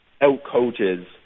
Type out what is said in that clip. out-coaches